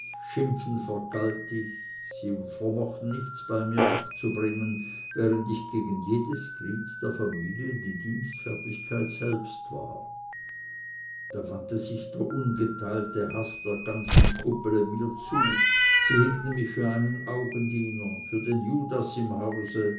schimpfen vergalt ich sie vermochten nichts bei mir abzubringen während ich gegen jedes glied der familie die dienstfertigkeit selber war da wandte sich der ungeteilte haß der ganzen kuppele mir zu sie hielten mich für einen augendiener für den judas im hause